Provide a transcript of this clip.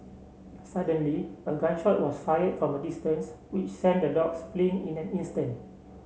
suddenly a gun shot was fired from a distance which sent the dogs fleeing in an instant